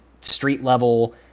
street-level